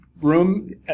room